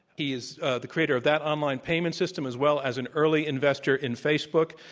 he is the creator of that online payment system as well as an early investor in facebook.